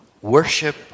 worship